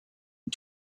une